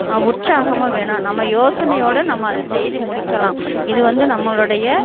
உற்சாகமும் வேணும் நம்ம யோசனையோடு நம்ம அதை செய்து முடிக்கலாம் இது வந்து நம்மளுடைய